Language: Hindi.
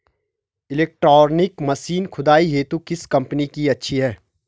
इलेक्ट्रॉनिक मशीन खुदाई हेतु किस कंपनी की अच्छी है?